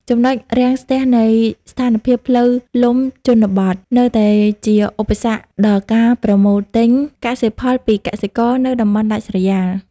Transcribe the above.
ចំណុចរាំងស្ទះនៃស្ថានភាពផ្លូវលំជនបទ នៅតែជាឧបសគ្គដល់ការប្រមូលទិញកសិផលពីកសិករនៅតំបន់ដាច់ស្រយាល។